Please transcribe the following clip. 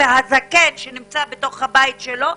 והזקן שנמצא בבית שלו,